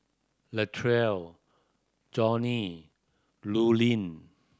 Latrell Johny Lurline